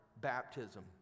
baptism